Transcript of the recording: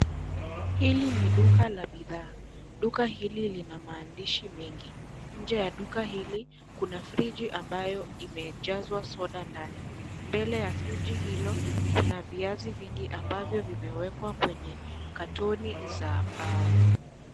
Hili ni duka la bidhaa. Duka hili lina maandishi mengi. Nje ya duka hili, kuna friji ambayo imejazwa soda ndani. Mbele ya friji hilo kuna viazi vingi ambayo vimewekwa kwenye katoni za mbao.